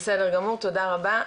בסדר גמור, תודה רבה.